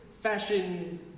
fashion